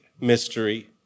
mystery